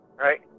right